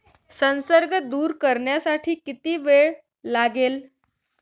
संसर्ग दूर करण्यासाठी किती वेळ लागेल?